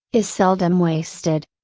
is seldom wasted.